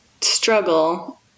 struggle